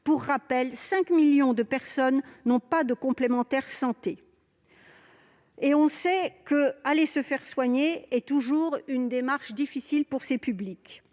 Pour rappel, 5 millions de personnes n'ont pas de complémentaire santé. On sait qu'aller se faire soigner est toujours une démarche difficile pour ces publics.